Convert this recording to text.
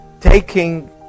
taking